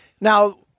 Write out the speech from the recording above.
Now